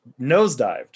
nosedived